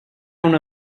una